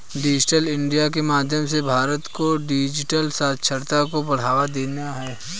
digital India के माध्यम से भारत को डिजिटल साक्षरता को बढ़ावा देना है